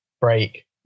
break